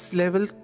level